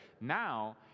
now